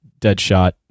Deadshot